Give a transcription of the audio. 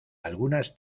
algunas